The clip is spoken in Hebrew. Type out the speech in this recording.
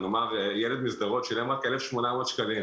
למשל ילד משדרות שילם רק 1,800 שקלים.